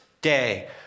day